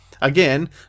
again